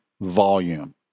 volume